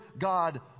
God